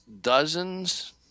dozens